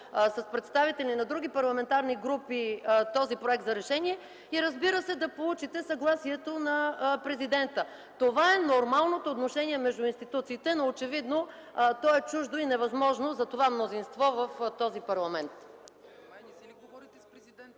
с представители на други парламентарни групи този проект за решение и, разбира се, да получите съгласието на президента. Това е нормалното отношение между институциите, но очевидно то е чуждо и невъзможно за това мнозинство в този парламент.